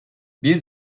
bir